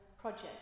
project